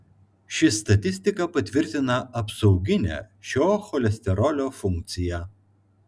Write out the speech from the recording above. ši statistika patvirtina apsauginę šio cholesterolio funkciją